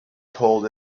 told